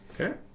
Okay